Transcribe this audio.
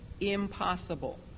impossible